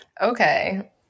Okay